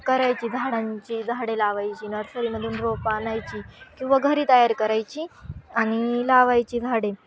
करायची झाडांची झाडे लावायची नर्सरीमधून रोपं आणायची किंवा घरी तयार करायची आणि लावायची झाडे